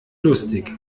lustig